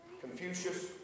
Confucius